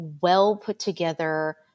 well-put-together